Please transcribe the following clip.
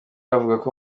avugako